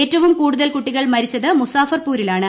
ഏറ്റവും കൂടുതൽ കുട്ടികൾ മരിച്ചത് മുസാഫർപൂരിലാണ്